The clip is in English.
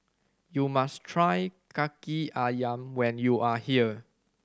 you must try Kaki Ayam when you are here